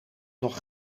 nog